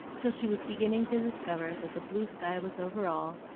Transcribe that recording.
till she was beginning to discover that the blue sky was over all,